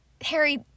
Harry